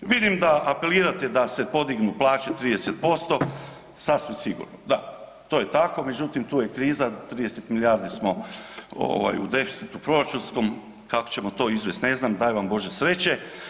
Vidim da apelirate da se podignu plaće 30% sasvim sigurno, da to je tako, međutim tu je kriza, 30 milijardi smo ovaj u deficitu proračunskom, kako ćemo to izvest ne znam, daj vam Bože sreće.